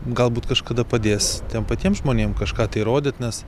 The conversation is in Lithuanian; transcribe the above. galbūt kažkada padės tiem patiem žmonėm kažką tai įrodyt nes